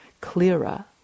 clearer